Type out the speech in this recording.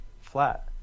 flat